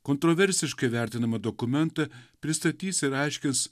kontroversiškai vertinamą dokumentą pristatys ir aiškins